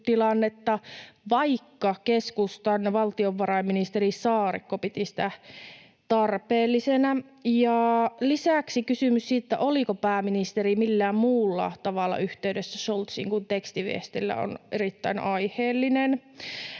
vaikka keskustan valtiovarainministeri Saarikko piti sitä tarpeellisena. Ja lisäksi kysymys siitä, oliko pääministeri millään muulla tavalla yhteydessä Scholziin kuin tekstiviestillä, on erittäin aiheellinen.